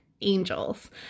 angels